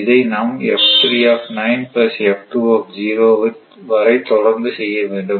இதை நாம் வரை தொடர்ந்து செய்ய வேண்டும்